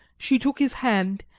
she took his hand,